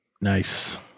Nice